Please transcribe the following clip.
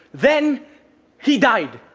then he died.